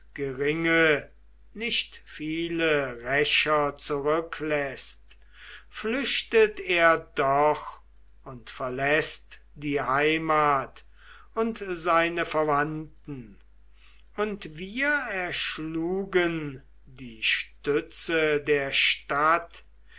geringe nicht viele rächer zurückläßt flüchtet er doch und verläßt die heimat und seine verwandten und wir erschlugen die stütze der stadt